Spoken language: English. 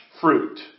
fruit